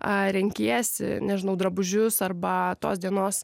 a renkiesi nežinau drabužius arba tos dienos